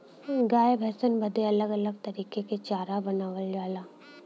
गाय भैसन बदे अलग अलग तरीके के चारा बनावल जाला